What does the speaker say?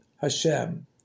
Hashem